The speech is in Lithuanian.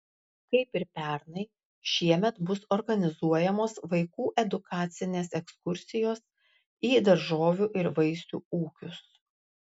kaip ir pernai šiemet bus organizuojamos vaikų edukacines ekskursijos į daržovių ir vaisių ūkius